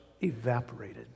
evaporated